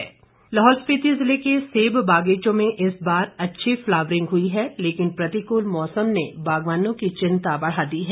सेब लाहौल स्पिति जिले के सेब बागीचों में इस बार अच्छी फ्लावरिंग हुई है लेकिन प्रतिकूल मौसम ने बागवानों की चिंता बढ़ा दी है